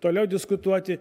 toliau diskutuoti